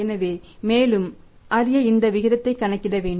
எனவே மேலும் அறிய இந்த விகிதத்தை கணக்கிட வேண்டும்